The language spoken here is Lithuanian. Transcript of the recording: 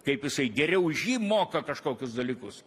kaip jisai geriau už jį moka kažkokius dalykus